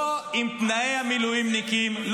לא עם תנאי המילואימניקים.